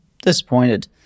Disappointed